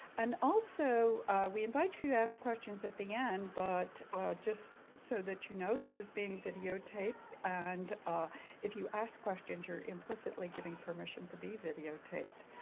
and also we invite you to ask questions at the end, but just so that you know, this is being videotaped, and if you ask questions you're implicitly giving permission to be videotaped.